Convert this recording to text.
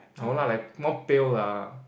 no lah like more pale lah